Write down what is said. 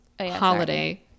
holiday